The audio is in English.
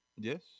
Yes